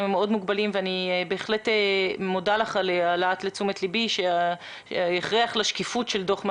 המאוד מוגבלים ואני בהחלט מודה לך על שהעלית את תשומת לבי לגבי הדוח.